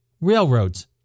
Railroads